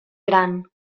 gran